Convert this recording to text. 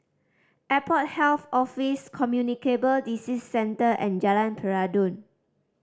Airport Health Office Communicable Disease Centre and Jalan Peradun